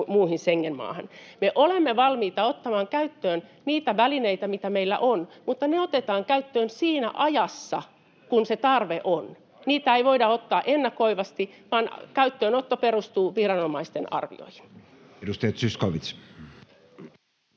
Me olemme valmiita ottamaan käyttöön niitä välineitä, mitä meillä on, mutta ne otetaan käyttöön siinä ajassa, kun se tarve on. Niitä ei voida ottaa ennakoivasti, vaan käyttöönotto perustuu viranomaisten arvioihin.